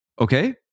Okay